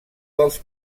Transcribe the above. dels